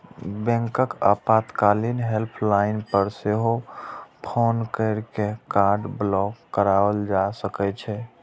बैंकक आपातकालीन हेल्पलाइन पर सेहो फोन कैर के कार्ड ब्लॉक कराएल जा सकै छै